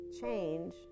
change